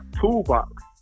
toolbox